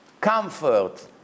comfort